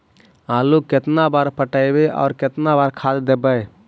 आलू केतना बार पटइबै और केतना बार खाद देबै?